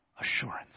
assurance